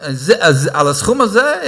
על הסכום הזה,